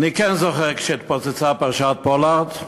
אני כן זוכר כאשר התפוצצה פרשת פולארד.